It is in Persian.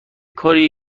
کاریه